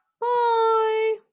bye